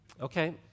okay